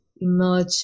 emerge